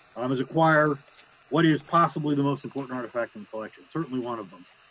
um, is acquire what is possibly the most important artifact in the collection, certainly one of them.